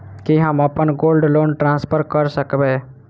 की हम अप्पन gold loan transfer करऽ सकबै?